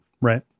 Right